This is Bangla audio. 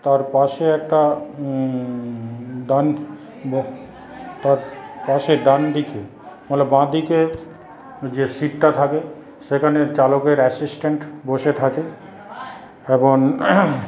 তার পাশে একটা ডান তার পাশে ডান দিকে বাঁদিকে যে সিটটা থাকে সেখানে চালকের অ্যাসিস্ট্যান্ট বসে থাকে এবং